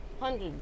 hundreds